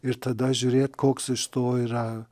ir tada žiūrėt koks iš to yra